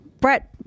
Brett